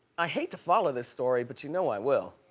i hate to follow this story but you know i will.